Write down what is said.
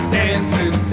dancing